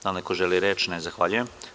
Da li neko želi reč? (Ne.) Zahvaljujem.